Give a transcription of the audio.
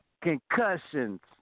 concussions